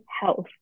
health